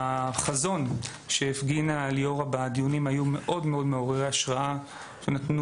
החזון שהפגינה ליאורה בדיונים היו מאוד מאוד מעוררי השראה ונתנו